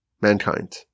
mankind